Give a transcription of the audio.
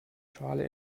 schale